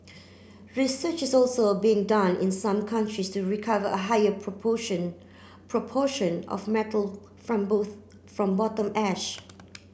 research is also being done in some countries to recover a higher proportion proportion of metal from both from bottom ash